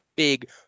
big